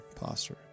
posture